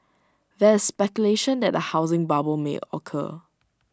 there is speculation that A housing bubble may occur